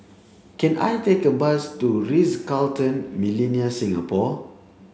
can I take a bus to Ritz Carlton Millenia Singapore